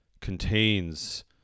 contains